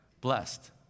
blessed